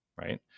right